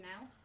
now